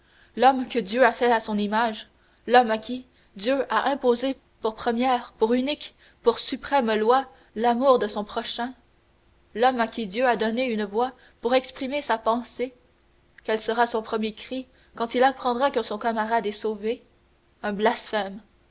l'homme que dieu a fait à son image l'homme à qui dieu a imposé pour première pour unique pour suprême loi l'amour de son prochain l'homme à qui dieu a donné une voix pour exprimer sa pensée quel sera son premier cri quand il apprendra que son camarade est sauvé